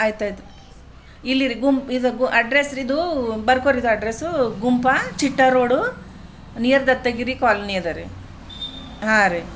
ಆಯ್ತಾಯ್ತು ಇಲ್ಲ ರಿ ಗುಂಪು ಇದು ಅಡ್ರೆಸ್ ರಿ ಇದು ಬರ್ಕೊ ರಿ ಇದು ಅಡ್ರೆಸ್ಸು ಗುಂಪಾ ಚಿಟ್ಟಾ ರೋಡು ನಿಯರ್ ದತ್ತಗಿರಿ ಕಾಲ್ನಿ ಅದಾ ರಿ ಹಾಂ ರಿ